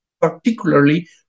particularly